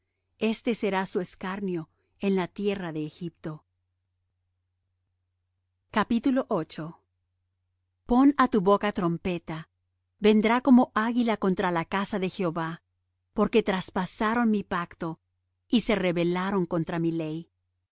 éste será su escarnio en la tierra de egipto pon á tu boca trompeta vendrá como águila contra la casa de jehová porque traspasaron mi pacto y se rebelaron contra mi ley